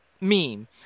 meme